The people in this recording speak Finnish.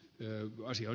eu asiat